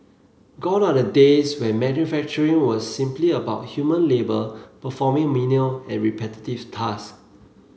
gone are the days when manufacturing was simply about human labour performing menial and repetitive task